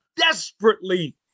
desperately